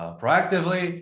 proactively